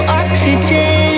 oxygen